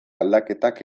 aldaketak